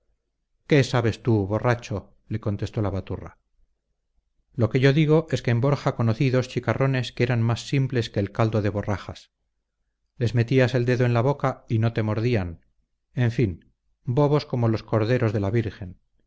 qué sabes tú borracho le contestó la baturra lo que yo digo es que en borja conocí dos chicarrones que eran más simples que el caldo de borrajas les metías el dedo en la boca y no te mordían en fin bobos como los corderos de la virgen